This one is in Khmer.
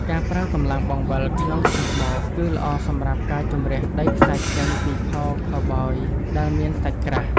ការប្រើកម្លាំងបង្វិលក្នុងធុងបោក គឺល្អសម្រាប់ការជម្រះដីខ្សាច់ចេញពីខោខូវប៊យដែលមានសាច់ក្រាស់។